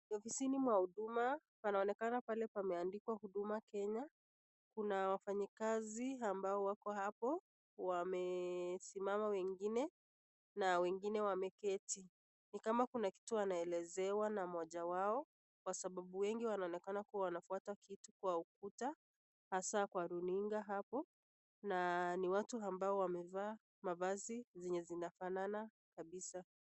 ofisini mwa huduma. Wanaonekana pale pameandikwa Huduma Kenya. Kuna wafanyakazi ambao wako hapo wamesimama wengine na wengine wameketi. Ni kama kuna kitu anaelezewa na mmoja wao kwa sababu wengi wanaonekana kuwa wanafuata kitu kwa ukuta hasa kwa runinga hapo. Na ni watu ambao wamevaa mavazi zenye zinafanana kabisa.